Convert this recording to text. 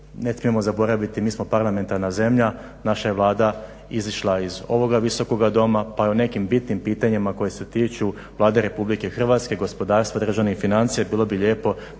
ne smijemo zaboraviti mi smo parlamentarna zemlja, naša je Vlada izišla iz ovog visokog doma pa je o nekim bitnim pitanjima koji se tiču Vlade Republike Hrvatske, gospodarstva, državnih financija, bilo bi lijepo